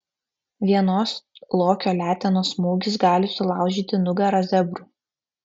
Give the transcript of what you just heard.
vienos lokio letenos smūgis gali sulaužyti nugarą zebrui